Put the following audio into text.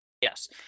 Yes